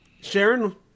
Sharon